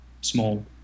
small